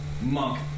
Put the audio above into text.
monk